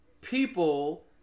people